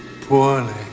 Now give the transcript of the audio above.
poorly